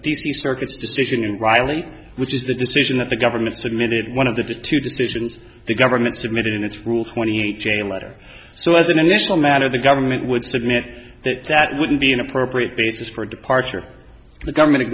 c circuit's decision and reilly which is the decision that the government submitted one of the two decisions the government submitted in its rule twenty eight jail letter so as an additional matter the government would submit that that would be an appropriate basis for departure the government